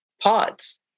pods